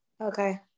okay